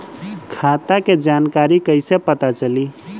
खाता के जानकारी कइसे पता चली?